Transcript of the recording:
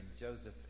Joseph